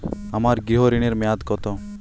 আমার গৃহ ঋণের মেয়াদ কত?